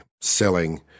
selling